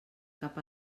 cap